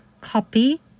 copy